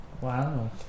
wow